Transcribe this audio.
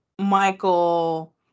michael